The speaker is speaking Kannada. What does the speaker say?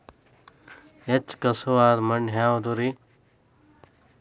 ಹೆಚ್ಚು ಖಸುವಾದ ಮಣ್ಣು ಯಾವುದು ರಿ?